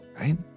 right